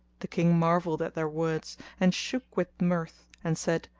the king marvelled at their words and shook with mirth and said,